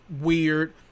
weird